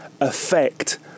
affect